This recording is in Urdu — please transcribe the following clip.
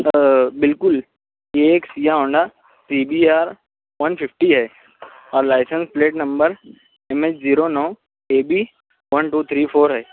سر بالکل یہ ایک سیاہ Honda C B R one fifty ہے اور license plate number M H zero نو A B one two three four ہے